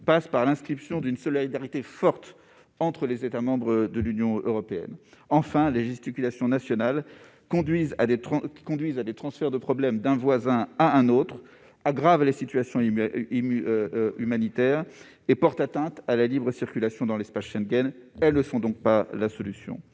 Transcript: passent par l'instauration d'une solidarité forte entre les États membres de l'Union européenne. Enfin, les gesticulations nationales conduisent à des transferts de problèmes d'un voisin à un autre, aggravent la situation humanitaire, et portent atteinte à la libre circulation dans l'espace Schengen : elles ne sont donc pas la solution.